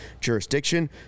jurisdiction